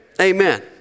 Amen